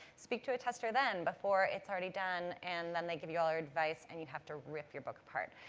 speak to a tester then, before it's already done and then they give you all our advice and you'd have to rip your book apart.